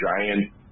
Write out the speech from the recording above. giant